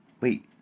Wait